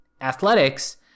athletics